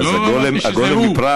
אז הגולם מפראג,